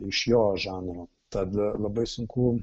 iš jo žanro tad labai sunku